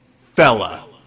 Fella